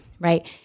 right